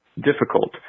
difficult